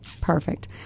Perfect